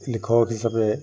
লিখক হিচাপে